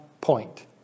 point